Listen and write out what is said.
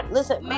Listen